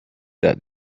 that